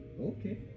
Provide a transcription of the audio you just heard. Okay